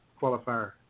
qualifier